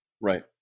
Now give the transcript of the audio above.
Right